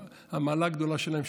המעלה הגדולה שלהם,